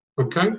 Okay